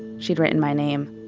she'd written my name.